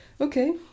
Okay